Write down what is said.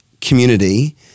community